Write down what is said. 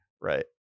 right